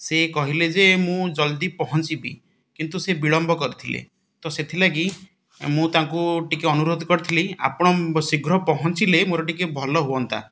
ସେ କହିଲେ ଯେ ମୁଁ ଜଲ୍ଦି ପହଞ୍ଚିବି କିନ୍ତୁ ସେ ବିଳମ୍ବ କରିଥିଲେ ତ ସେଥିଲାଗି ମୁଁ ତାଙ୍କୁ ଟିକେ ଅନୁରୋଧ କରିଥିଲି ଆପଣ ଶୀଘ୍ର ପହଞ୍ଚିଲେ ମୋର ଟିକେ ଭଲ ହୁଅନ୍ତା